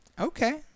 Okay